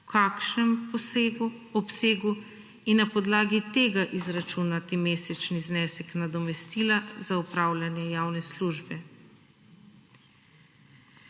v kakšnem obsegu in na podlagi tega izračunati mesečni znesek nadomestila za opravljanje javne službe.